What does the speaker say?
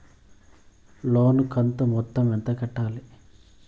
లోను కంతు మొత్తం ఎంత కట్టాలి?